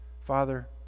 Father